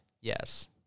Yes